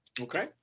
Okay